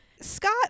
Scott